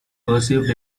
perceived